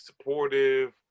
supportive